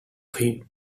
him